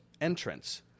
entrance